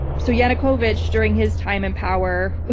so yanukovych, during his time in power,